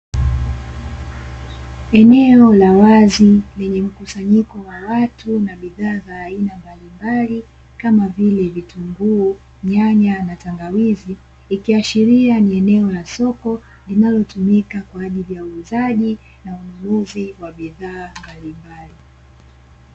Eneo la wazi lenye mkusanyiko wa watu na bidhaa za aina mbalimbali kama vile vitunguu, nyanya na tangawizi. Ikiashiria ni eneo la soko linalotumika kwa ajili ya uuzaji na ununuzi wa bidhaa mbalimbali.